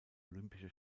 olympische